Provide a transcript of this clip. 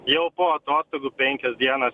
jau po atostogų penkios dienos